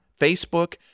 Facebook